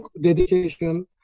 dedication